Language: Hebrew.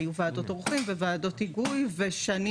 היו ועדות אורחים וועדות היגוי ושנים